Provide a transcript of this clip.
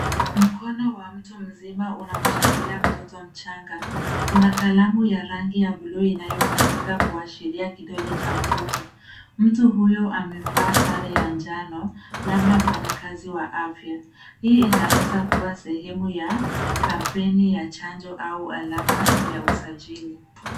Mkono wa mtu mzima unamshikilia mtoto mchang. Kuna kalamu ya rangi ya buluu inayotumika kuashiria kidole cha mtoto. Mtu huyo amevaa sare ya njano, labda mfanyakazi wa afya. Hii inaweza kuwa sehemu ya kampeni ya chanjo au alama ya usajili.